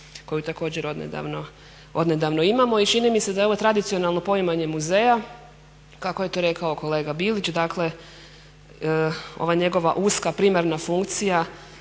koju također odnedavno imamo. I čini mi se da je ovo tradicionalno poimanje muzeja kako je to rekao kolega Bilić. Dakle, ova njegova uska primarna funkcija